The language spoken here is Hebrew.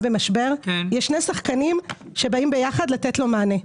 במשבר יש שני שחקנים שבאים יחד לתת מענה: